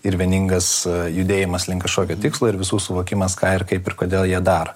ir vieningas judėjimas link kažkokio tikslo ir visų suvokimas ką ir kaip ir kodėl jie daro